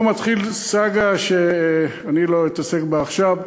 פה מתחילה סאגה, שאני לא אעסוק בה עכשיו.